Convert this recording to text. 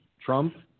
Trump